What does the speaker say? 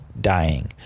dying